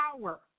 power